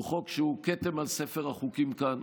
הוא חוק שהוא כתם על ספר החוקים כאן.